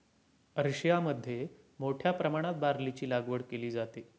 रशियामध्ये मोठ्या प्रमाणात बार्लीची लागवड केली जाते